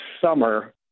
summer